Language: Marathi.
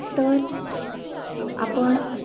तर आपण